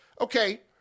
Okay